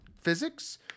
physics